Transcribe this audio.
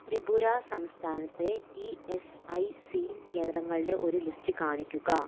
ത്രിപുര സംസ്ഥാനത്തെ E S I C കേന്ദ്രങ്ങളുടെ ഒരു ലിസ്റ്റ് കാണിക്കുക